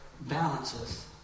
balances